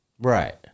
Right